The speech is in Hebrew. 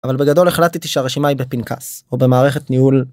אבל בגדול החלטתי שהרשימה היא בפנקס או במערכת ניהול.